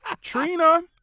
Trina